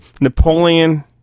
Napoleon